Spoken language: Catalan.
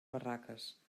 barraques